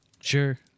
sure